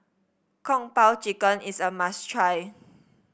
Kung Po Chicken is a must try